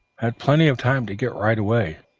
had plenty of time to get right away,